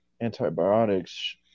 antibiotics